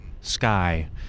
sky